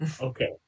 Okay